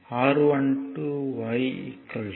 R12 R1 R3 2